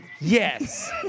Yes